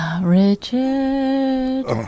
Richard